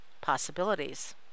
Possibilities